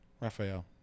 Raphael